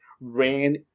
ran